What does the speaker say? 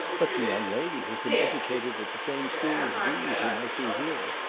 but the young lady has been educated at the same school as these, whom i see here,